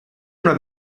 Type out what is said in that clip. una